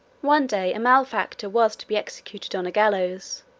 one day a malefactor was to be executed on a gallows